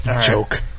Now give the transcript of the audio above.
joke